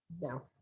No